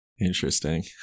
Interesting